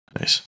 Nice